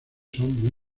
son